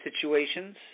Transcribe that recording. situations